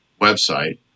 website